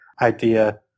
idea